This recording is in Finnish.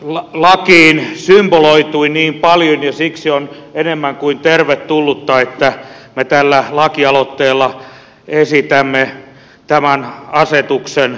tähän lakiin symboloitui niin paljon ja siksi on enemmän kuin tervetullutta että me tällä lakialoitteella esitämme tämän asetuksen kumoamista